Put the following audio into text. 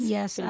Yes